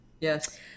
Yes